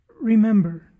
Remember